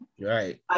Right